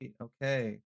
Okay